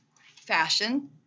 fashion